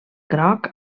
groc